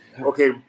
Okay